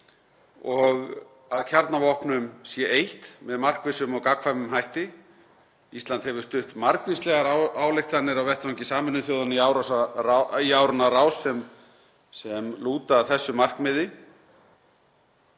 og að kjarnavopnum sé eytt með markvissum og gagnkvæmum hætti. Ísland hefur stutt margvíslegar ályktanir á vettvangi Sameinuðu þjóðanna í áranna rás sem lúta að þessu markmiði.